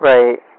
Right